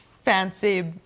fancy